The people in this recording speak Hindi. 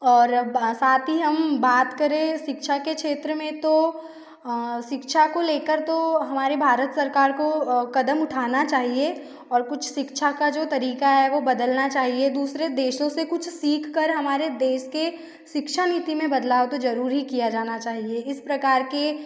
और साथ ही हम बात करें शिक्षा के क्षेत्र में तो शिक्षा को ले कर तो हमारी भारत सरकार को क़दम उठाना चाहिए और कुछ शिक्षा का जो तरीक़ा है वो बदलना चाहिए दुसरे देशों दे कुछ सीख कर हमारे देश के शिक्षा नीति में बदलाव तो ज़रूर ही किया जाना चाहिए इस प्रकार के